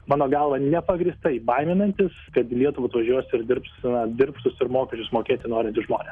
mano galva nepagrįstai baiminantis kad į lietuvą atvažiuos ir dirbs darbštūs ir mokesčius mokėti norintys žmonė